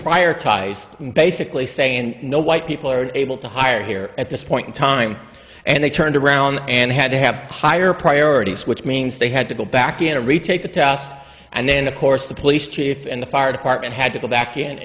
and basically saying no white people are able to hire here at this point in time and they turned around and had to have higher priorities which means they had to go back in to retake the test and of course the police chief and the fire department had to go back in